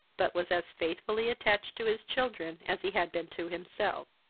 but was as faithfully attached to his children as he had been to himself.